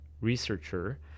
researcher